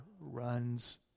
runs